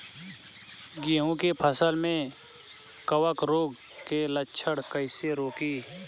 गेहूं के फसल में कवक रोग के लक्षण कईसे रोकी?